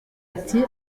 ati